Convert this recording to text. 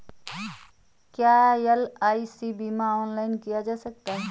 क्या एल.आई.सी बीमा ऑनलाइन किया जा सकता है?